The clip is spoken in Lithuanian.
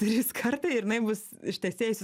trys kartai ir jinai bus ištesėjusi